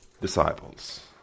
disciples